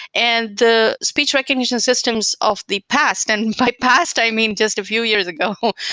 and the speech recognition systems of the past, and my past, i mean just a few years ago,